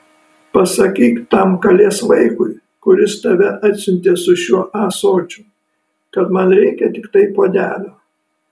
pasakyk tam kalės vaikui kuris tave atsiuntė su šiuo ąsočiu kad man reikia tiktai puodelio